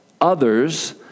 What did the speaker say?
others